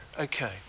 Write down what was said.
Okay